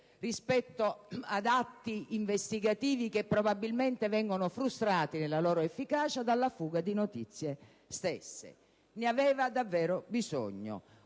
rispetto ad atti investigativi che probabilmente vengono frustrati nella loro efficacia dalla fuga di notizie stesse. Aveva davvero bisogno